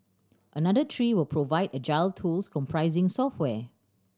another three will provide agile tools comprising software